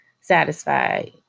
satisfied